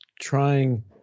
trying